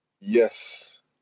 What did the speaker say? Yes